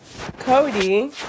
Cody